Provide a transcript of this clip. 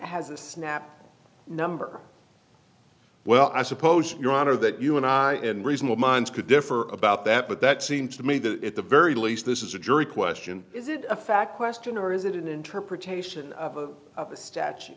has a snap number well i suppose your honor that you and i and reasonable minds can differ about that but that seems to me that at the very least this is a jury question is it a fact question or is it an interpretation of the statu